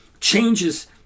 changes